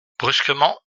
brusquement